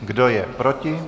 Kdo je proti?